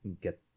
get